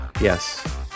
Yes